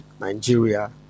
Nigeria